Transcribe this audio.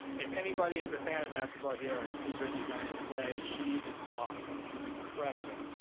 if anybody is a fan of basketball here or has seen brittany griner play, she is awesome. she's incredible.